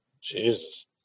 Jesus